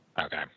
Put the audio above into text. okay